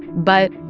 but.